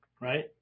Right